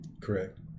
Correct